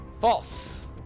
false